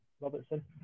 Robertson